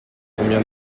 combien